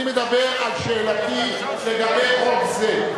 אני מדבר על שאלתי לגבי חוק זה.